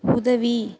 உதவி